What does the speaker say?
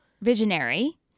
visionary